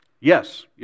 Yes